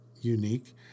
unique